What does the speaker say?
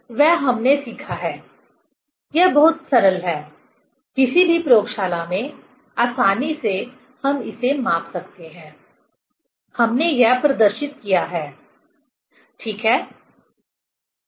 तो वह हमने सीखा है यह बहुत सरल है किसी भी प्रयोगशाला में आसानी से हम इसे माप सकते हैं हमने यह प्रदर्शित किया है ठीक है